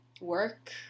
work